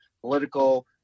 political